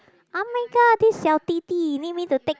oh-my-god these 小弟弟 need me to take